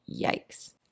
Yikes